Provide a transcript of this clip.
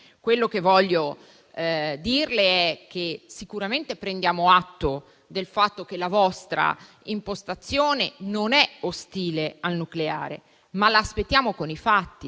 Quello che voglio dirle, Ministro, è che sicuramente prendiamo atto del fatto che la vostra impostazione non è ostile al nucleare, ma la aspettiamo con i fatti